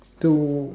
to